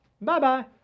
Bye-bye